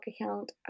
account